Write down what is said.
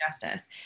Justice